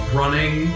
running